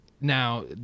now